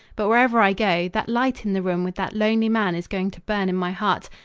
but wherever i go, that light in the room with that lonely man is going to burn in my heart.